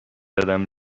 زدم